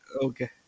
Okay